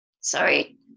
Sorry